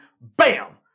BAM